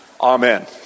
Amen